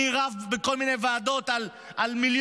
אני רב בכל מיני ועדות על מיליון,